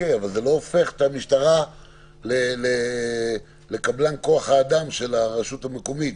אבל זה לא הופך את המשטרה לקבלן כוח האדם של הרשות המקומית.